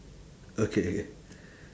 okay okay